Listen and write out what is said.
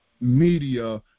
media